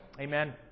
Amen